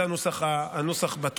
זה הנוסח בטרומית,